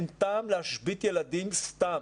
אין טעם להשבית ילדים סתם.